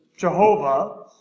Jehovah